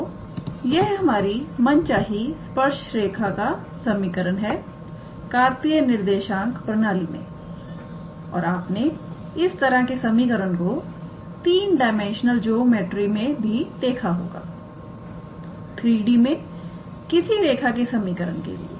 तो यह हमारी मनचाही स्पर्श रेखा का समीकरण है कार्तीय निर्देशांक प्रणाली में और आपने इस तरह के समीकरण को 3 डाइमेंशनल ज्योमेट्री में भी देखा होगा 3D मैं किसी रेखा के समीकरण के लिए